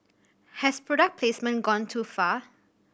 has product placement gone too far